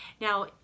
Now